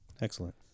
Excellent